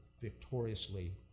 victoriously